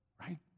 right